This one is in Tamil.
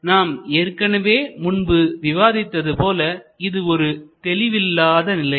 நான் ஏற்கனவே முன்பு விவாதித்தது போல இது ஒரு தெளிவில்லாத நிலை